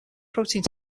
protein